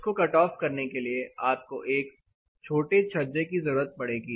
इसको कटऑफ करने के लिए आपको एक आपको छोटे छज्जे की जरूरत पड़ेगी